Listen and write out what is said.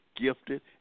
gifted